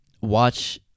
watch